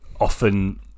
often